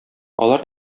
алар